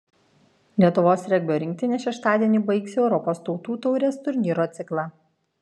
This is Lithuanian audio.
lietuvos regbio rinktinė šeštadienį baigs europos tautų taurės turnyro ciklą